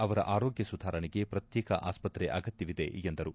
ಅವರ ಆರೋಗ್ತ ಸುಧಾರಣೆಗೆ ಪ್ರತ್ಯೇಕ ಆಸ್ಪತ್ರೆ ಅಗತ್ಯವಿದೆ ಎಂದರು